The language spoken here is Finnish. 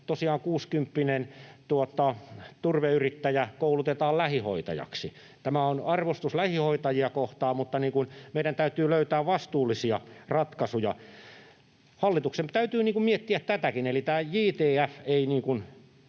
turveyrittäjä koulutetaan lähihoitajaksi — tämä on arvostus lähihoitajia kohtaan — vaan meidän täytyy löytää vastuullisia ratkaisuja. Hallituksen täytyy miettiä tätäkin.